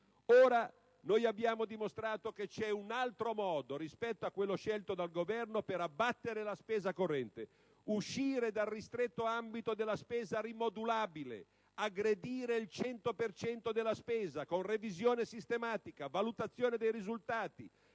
Ora, noi abbiamo dimostrato che c'è un altro modo rispetto a quello scelto dal Governo per abbattere la spesa corrente: uscire dal ristretto ambito della spesa rimodulabile, aggredire il 100 per cento della spesa con revisione sistematica, valutazione dei risultati,